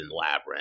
Labyrinth